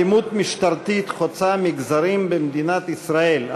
אלימות משטרתית חוצה מגזרים במדינת ישראל,